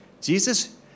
Jesus